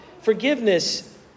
forgiveness